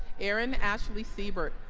erin ashleigh siebert